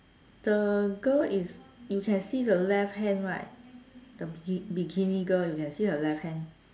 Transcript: the girl is you can see the left hand right the bikini girl you can see her left hand